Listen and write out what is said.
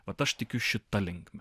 vat aš tikiu šita linkme